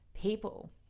people